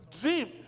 Dream